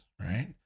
Right